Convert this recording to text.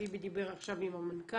טיבי דיבר עכשיו עם המנכ"ל.